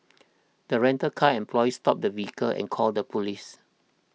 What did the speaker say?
the rental car employee stopped the vehicle and called the police